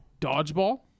Dodgeball